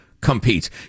competes